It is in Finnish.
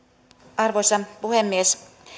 arvoisa puhemies